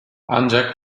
ancak